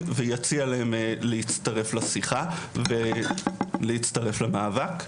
ויציע להם להצטרף לשיחה ולהצטרף למאבק.